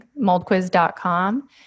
moldquiz.com